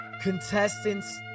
contestants